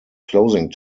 closing